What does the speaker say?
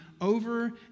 over